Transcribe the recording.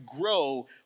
grow